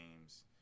games